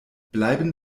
bleiben